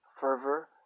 fervor